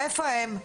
איפה הם?